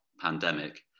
pandemic